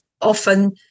often